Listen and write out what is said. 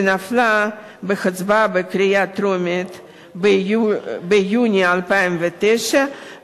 שנפלה בהצבעה בקריאה טרומית ביוני 2009,